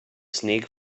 snake